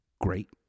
Great